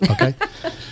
Okay